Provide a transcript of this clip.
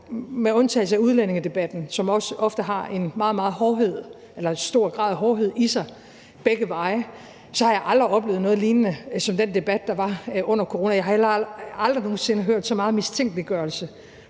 med undtagelse af udlændingedebatten, som også ofte har en stor grad af hårdhed i sig begge veje, aldrig oplevet noget lignende som den debat, der var under corona, og jeg har heller aldrig nogen sinde hørt så meget mistænkeliggørelse